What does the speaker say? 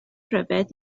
ryfedd